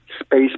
space